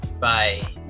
Bye